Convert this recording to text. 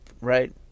right